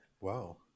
Wow